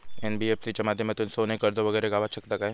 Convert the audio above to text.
NBFC च्या माध्यमातून सोने कर्ज वगैरे गावात शकता काय?